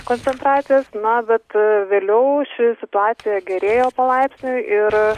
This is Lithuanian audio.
koncentracijos na bet vėliau ši situacija gerėjo palaipsniui ir